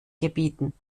gebieten